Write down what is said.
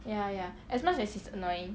ya ya as much as he's annoying